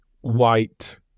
white